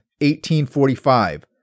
1845